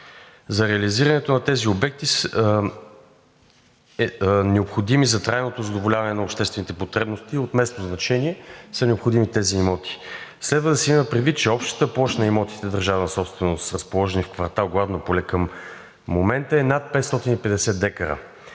За реализирането на тези обекти, необходими за трайното задоволяване на обществените потребности от местно значение, са необходими тези имоти. Следва да се има предвид, че общата площ на имотите държавна собственост, разположени в квартал „Гладно поле“ към момента, е над 550 декара,